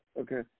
Okay